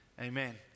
Amen